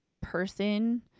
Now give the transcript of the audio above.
person